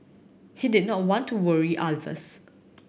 he did not want to worry others